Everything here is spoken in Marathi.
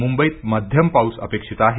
मुंबईत मध्यम पाऊस अपेक्षित आहे